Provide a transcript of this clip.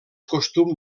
costum